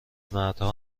مردها